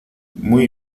muy